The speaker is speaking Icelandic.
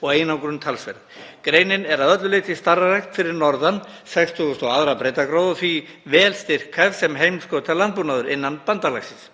og einangrun talsverð. Greinin er að öllu leyti starfrækt fyrir norðan 62. breiddargráðu og því vel styrkhæf sem heimskautalandbúnaður innan bandalagsins.